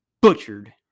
butchered